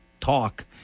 talk